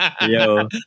Yo